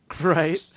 right